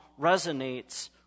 resonates